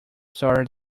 story